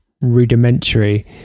rudimentary